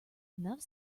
enough